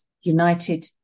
United